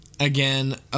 Again